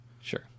Sure